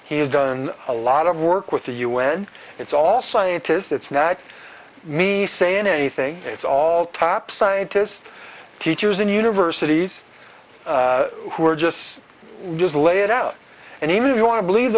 has done a lot of work with the u n it's all scientists it's not me saying anything it's all top scientists teachers and universities who are just just lay it out and even if you want to believe